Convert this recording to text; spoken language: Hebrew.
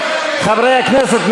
חברי הכנסת,